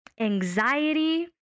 anxiety